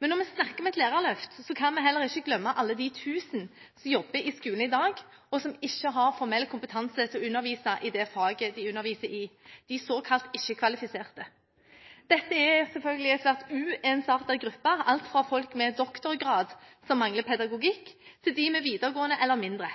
Men når vi snakker om et lærerløft, kan vi heller ikke glemme alle de tusen som jobber i skolen i dag, som ikke har formell kompetanse til å undervise i det faget de underviser i, de såkalt ikke-kvalifiserte. Dette er selvfølgelig en svært uensartet gruppe, alt fra folk med doktorgrad som mangler pedagogikk, til dem med videregående eller mindre.